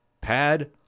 Pad